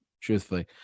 truthfully